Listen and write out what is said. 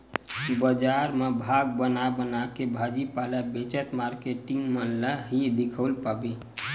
बजार म भाग बना बनाके भाजी पाला बेचत मारकेटिंग मन ल ही दिखउल पाबे